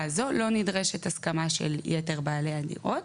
הזו לא נדרשת הסכמה של יתר בעלי הדירות,